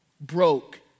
broke